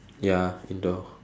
ya indoor